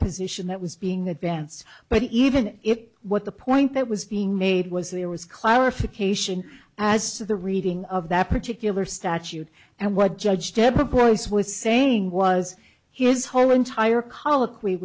position that was being advanced but even if what the point that was being made was there was clarification as to the reading of that particular statute and what judge deborah pryce was saying was his whole entire coll